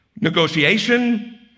negotiation